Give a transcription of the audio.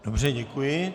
Dobře, děkuji.